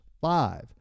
Five